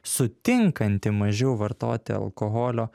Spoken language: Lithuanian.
sutinkanti mažiau vartoti alkoholio